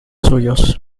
suyos